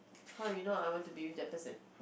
how you know I want to be with that person